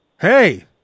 Hey